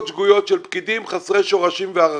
שגויות של פקידים חסרי שורשים וערכים.